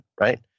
right